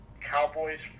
Cowboys